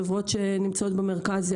חברות שנמצאות במרכז,